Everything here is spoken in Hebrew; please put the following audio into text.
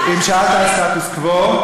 אם שאלת על הסטטוס-קוו,